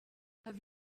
have